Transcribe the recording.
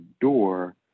door